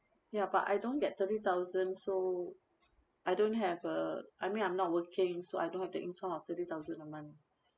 ya but I don't get thirty thousand so I don't have uh I mean I'm not working so I don't have the income of thirty thousand a month